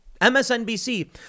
MSNBC